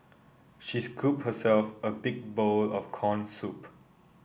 she scooped herself a big bowl of corn soup